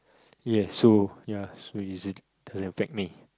ya so ya so is it they affect me